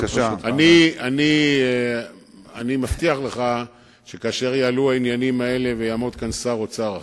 אני מבטיח לך שכאשר יעלו העניינים האלה ויעמוד כאן שר אוצר אחר,